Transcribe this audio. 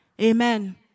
Amen